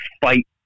fight